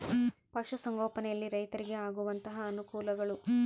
ಪಶುಸಂಗೋಪನೆಯಲ್ಲಿ ರೈತರಿಗೆ ಆಗುವಂತಹ ಅನುಕೂಲಗಳು?